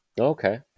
Okay